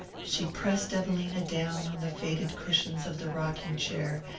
she pressed evelina down on the faded cushions of the rocking-chair,